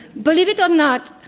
believe it or not,